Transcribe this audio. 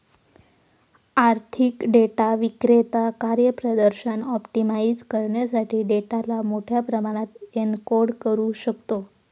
आर्थिक डेटा विक्रेता कार्यप्रदर्शन ऑप्टिमाइझ करण्यासाठी डेटाला मोठ्या प्रमाणात एन्कोड करू शकतो